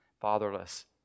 fatherless